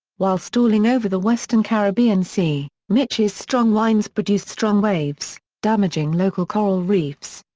while stalling over the western caribbean sea, mitch's strong winds produced strong waves, damaging local coral reefs.